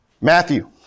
Matthew